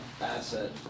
asset